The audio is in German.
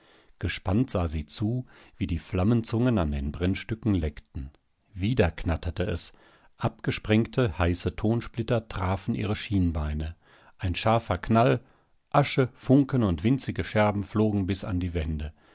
gespannt sah sie zu wie die flammenzungen an den brennstücken leckten wieder knatterte es abgesprengte heiße tonsplitter trafen ihre schienbeine ein scharfer knall asche funken und winzige scherben flogen bis an die wände